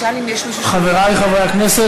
חברי חברי הכנסת,